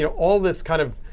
you know all this kind of